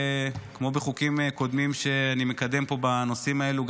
כמו בחוקים קודמים שאני מקדם פה בנושאים האלו,